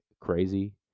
Crazy